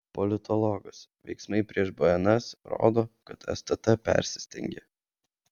politologas veiksmai prieš bns rodo kad stt persistengė